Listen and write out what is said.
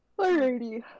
Alrighty